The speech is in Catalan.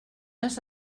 has